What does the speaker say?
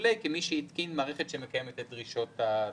כמי שהתקין מערכת שמקיימת את דרישות התקנה.